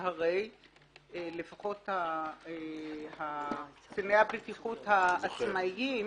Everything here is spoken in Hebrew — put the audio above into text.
שהרי לפחות קציני הבטיחות העצמאיים,